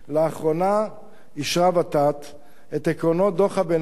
לאחרונה אישרה ות"ת את עקרונות דוח הביניים